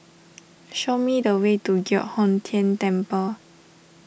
show me the way to Giok Hong Tian Temple